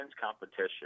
competition